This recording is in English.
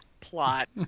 plot